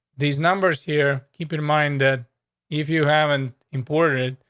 these numbers here, keep in mind that if you haven't important,